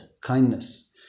kindness